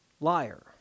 liar